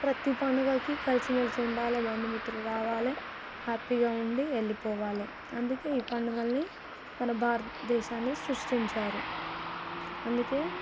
ప్రతి పండుగకి కలిసిమెలసి ఉండాలే బంధు మిత్రులు రావాలే హ్యాపీగా ఉండి వెళ్లిపోవాలే అందుకే ఈ పండుగల్ని మన భారతదేశాన్ని సృష్టించారు అందుకే